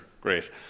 great